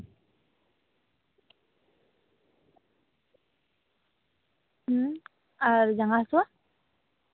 ᱦᱩᱸ ᱟᱨ ᱡᱟᱸᱜᱟ ᱦᱟᱹᱥᱩᱣᱟᱜ